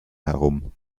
herum